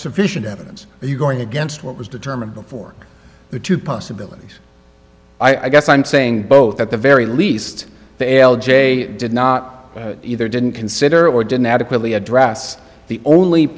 sufficient evidence are you going against what was determined before the two possibilities i guess i'm saying both at the very least the l j did not either didn't consider or didn't adequately address the only